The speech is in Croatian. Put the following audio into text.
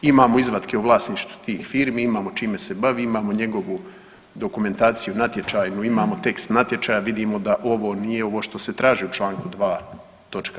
Imamo izvatke u vlasništvu tih firmi, imamo čime se bavi, imamo njegovu dokumentaciju natječajnu, imamo tekst natječaja, vidimo da ovo nije ovo što se traži u čl. 2 toč.